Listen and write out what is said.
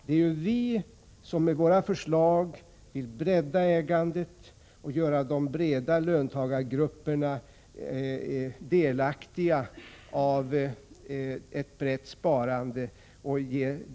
Det är vi som med våra förslag vill bredda ägandet och göra de stora löntagargrupperna delaktiga i ett brett sparande.